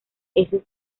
heces